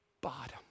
bottom